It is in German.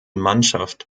mannschaft